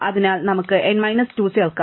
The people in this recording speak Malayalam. അതിനാൽ നമുക്ക് n മൈനസ് 2 ചേർക്കാം